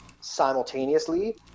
simultaneously